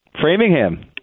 Framingham